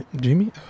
Jimmy